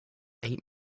eight